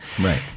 Right